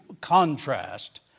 contrast